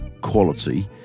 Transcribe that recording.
quality